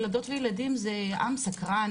ילדות וילדים זה עם סקרן